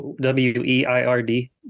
W-E-I-R-D